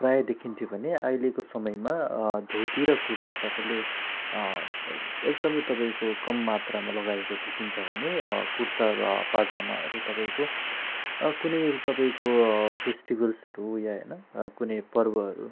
प्रायः देखिन्थ्यो भने अहिलेको समयमा धोती र कुर्ता तपाईँले एकदमै तपाईँको कम मात्रामा लगाएको भेटिन्छ भने कुर्ता र पायजामाहरू तपाईँको कुनै तपाईँको फेस्टिभल्सहरू या होइन कुनै पर्वहरू